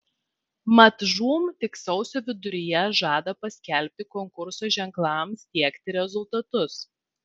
mat žūm tik sausio viduryje žada paskelbti konkurso ženklams tiekti rezultatus